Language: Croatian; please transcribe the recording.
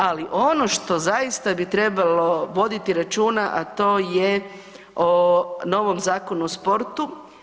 Ali ono što zaista bi trebalo voditi računa, a to je o novom Zakonu o sportu.